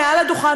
מעל הדוכן,